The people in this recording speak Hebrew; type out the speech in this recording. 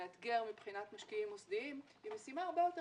מאתגר מבחינת משקיעים מוסדיים היא משימה הרבה יותר